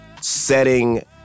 setting